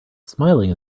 smiling